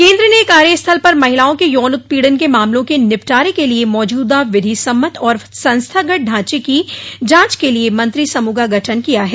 केन्द्र ने कार्यस्थल पर महिलाओं के यौन उत्पीड़न के मामलों के निपटारे के लिए मौजूदा विधिसम्मत और संस्थागत ढांचे की जांच के लिए मंत्रि समूह का गठन किया है